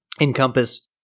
encompass